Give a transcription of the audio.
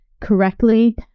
correctly